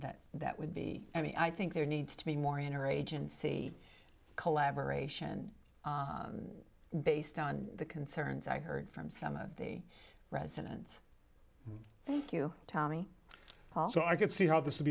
that that would be i mean i think there needs to be more inner agency collaboration based on the concerns i heard from some of the residents thank you tommy also i could see how this would